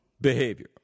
behavior